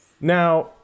Now